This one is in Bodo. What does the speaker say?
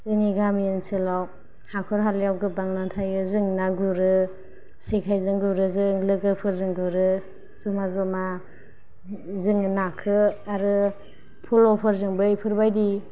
जोंनि गामि ओनसोलाव हाखर हाला याव गोबां ना थायो जों ना गुरो जेखाइ जों गुरो जों लोगोफोरजों गुरो जमा जमा जोंङो नाखो आरो पल'फोरजोंबो इफोरबायदि